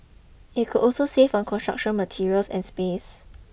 it could also save on construction materials and space